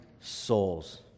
souls